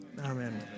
Amen